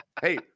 Hey